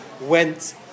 went